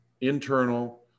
internal